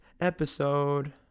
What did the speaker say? episode